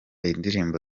indirimbo